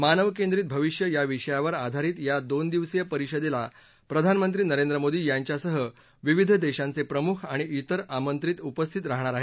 मानव केंद्रीत भविष्य या विषयावर आधारीत या दोन दिवसीय परिषदेला प्रधानमंत्री नरेंद्र मोदी यांच्यासह विविध देशांचे प्रमुख आणि त्विर आमंत्रित उपस्थित राहणार आहेत